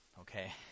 okay